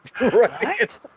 right